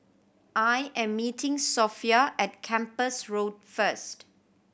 I am meeting Sophia at Kempas Road first